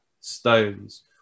Stones